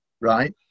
right